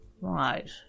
Right